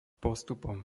postupom